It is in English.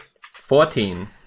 Fourteen